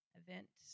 event